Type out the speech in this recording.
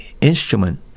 instrument